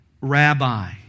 Rabbi